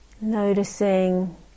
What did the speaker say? Noticing